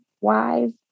wise